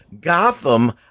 Gotham